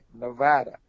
Nevada